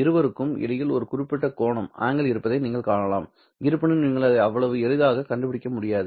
இருவருக்கும் இடையில் ஒரு குறிப்பிட்ட கோணம் இருப்பதை நீங்கள் காணலாம் இருப்பினும் நீங்கள் அதை அவ்வளவு எளிதாக கண்டுபிடிக்க முடியாது